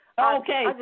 Okay